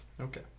Okay